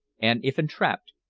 and if entrapped,